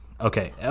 Okay